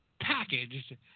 packaged